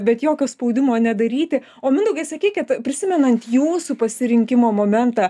bet jokio spaudimo nedaryti o mindaugai sakykit prisimenant jūsų pasirinkimo momentą